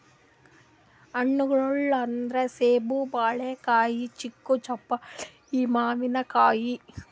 ಹಣ್ಣ್ಗೊಳ್ ಅಂದ್ರ ಸೇಬ್, ಬಾಳಿಕಾಯಿ, ಚಿಕ್ಕು, ಜಾಪಳ್ಕಾಯಿ, ಮಾವಿನಕಾಯಿ